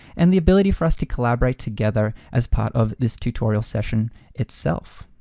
and the ability for us to collaborate together as part of this tutorial session itself.